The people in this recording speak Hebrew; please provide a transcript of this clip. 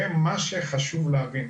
מה שחשוב להבין,